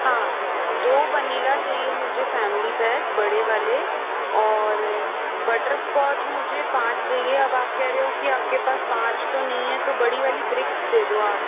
हाँ दो वनीला चाहिय मुझे फैमिली पैक बड़े वाले और बटरस्कॉच मुझे पाँच चाहिए अब आप कह रहे हो की आपके पास पाँच तो नहीं है तो बड़ी वाली ब्रिक दे दो आप